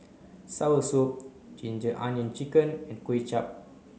soursop ginger onion chicken and Kway Chap